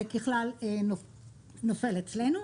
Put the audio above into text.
ובכלל, נופל אצלנו.